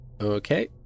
Okay